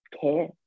care